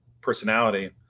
personality